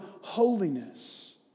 holiness